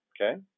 Okay